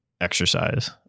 exercise